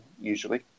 usually